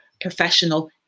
professional